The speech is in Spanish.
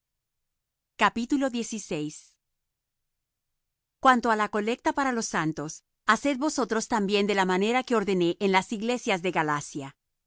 es vano cuanto á la colecta para los santos haced vosotros también de la manera que ordené en las iglesias de galacia